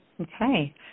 Okay